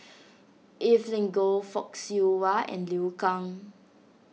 Evelyn Goh Fock Siew Wah and Liu Kang